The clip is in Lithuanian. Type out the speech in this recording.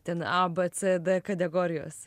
ten a b c d kategorijos